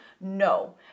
No